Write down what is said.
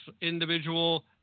individual